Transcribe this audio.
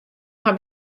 har